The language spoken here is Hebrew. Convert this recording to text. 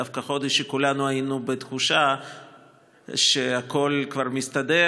דווקא חודש שכולנו היינו בתחושה שהכול כבר מסתדר